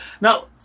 Now